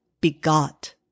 Begot